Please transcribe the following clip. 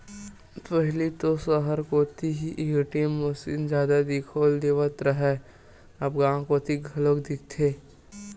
पहिली तो सहर कोती ही ए.टी.एम मसीन जादा दिखउल देवत रहय अब गांव कोती घलोक दिखथे